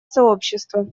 сообщества